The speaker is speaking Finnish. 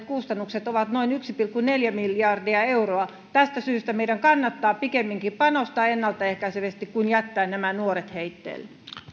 kustannukset ovat noin yksi pilkku neljä miljardia euroa tästä syystä meidän kannattaa pikemminkin panostaa ennalta ehkäisevästi kuin jättää nämä nuoret heitteille